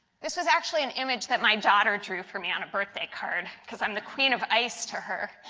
this is actually an image that my daughter drew for me on a birthday card, because i am the queen of ice to her.